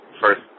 first